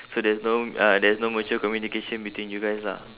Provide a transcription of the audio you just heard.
so there's no uh there's no mutual communication between you guys lah